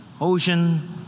ocean